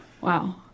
Wow